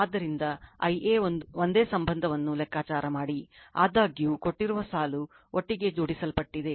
ಆದ್ದರಿಂದ Ia ಒಂದೇ ಸಂಬಂಧವನ್ನು ಲೆಕ್ಕಾಚಾರ ಮಾಡಿ ಆದಾಗ್ಯೂ ಕೊಟ್ಟಿರುವ ಸಾಲು ಒಟ್ಟಿಗೆ ಜೋಡಿಸಲ್ಪಟ್ಟಿದೆ